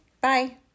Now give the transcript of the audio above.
Bye